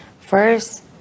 First